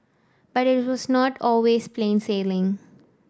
but it was not always plain sailing